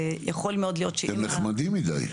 אתם נחמדים מידי.